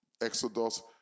Exodus